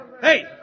Hey